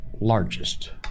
largest